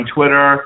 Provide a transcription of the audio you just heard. Twitter